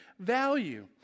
value